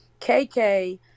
kk